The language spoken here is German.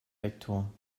vektor